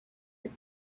that